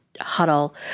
huddle